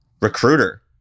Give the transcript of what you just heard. recruiter